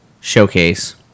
showcase